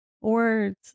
words